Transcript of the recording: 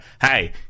hey